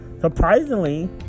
surprisingly